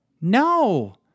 No